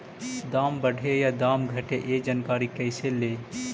दाम बढ़े या दाम घटे ए जानकारी कैसे ले?